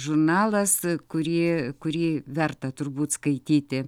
žurnalas kurį kurį verta turbūt skaityti